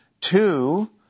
Two